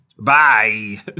Bye